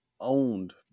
owned